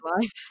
life